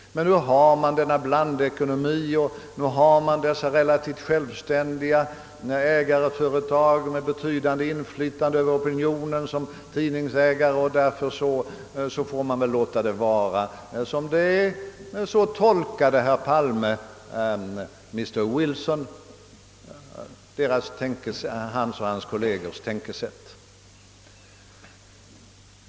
Nu har man emellertid denna blandekonomi med relativt självständiga företag, vilka har ett betydande inflytande över opinionen, som tidningsägare, och därför får man låta det vara som det är. Detta tycktes vara herr Palmes tolkning av mr Wilsons och dennes kollegers tänkesätt.